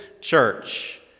church